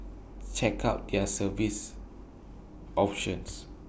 check out their service options